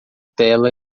tela